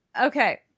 Okay